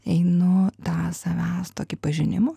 einu tą savęs tokį pažinimo